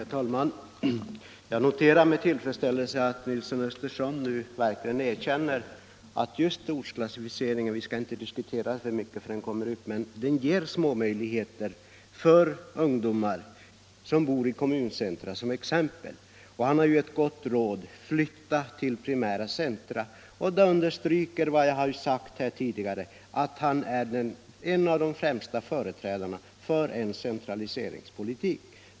Herr talman! Jag noterar med tillfredsställelse att herr Nilsson i Östersund nu verkligen erkänner att just ortsklassificeringen medför små möjligheter för ungdomar som bor i kommuncentra. Han har ett gott råd att ge: flytta till primärcentra. Det understryker vad jag har sagt tidigare, nämligen att han är en av de främsta företrädarna för en centraliseringspolitik.